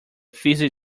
fizzy